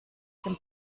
dem